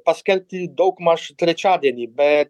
paskelbti daugmaž trečiadienį bet